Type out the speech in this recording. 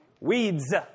Weeds